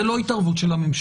זה לא התערבות של הממשלה.